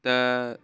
त